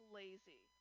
lazy